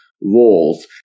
walls